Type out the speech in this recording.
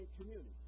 community